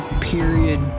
period